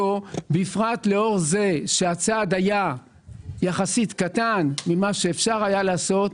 לאור זה שהצעד היה יחסית קטן ממה שאפשר היה לעשות,